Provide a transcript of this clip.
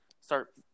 start